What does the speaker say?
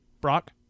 brock